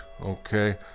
Okay